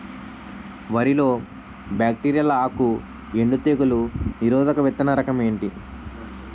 వరి లో బ్యాక్టీరియల్ ఆకు ఎండు తెగులు నిరోధక విత్తన రకం ఏంటి?